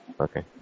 Okay